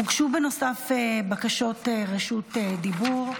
הוגשו גם בקשות רשות דיבור.